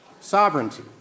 sovereignty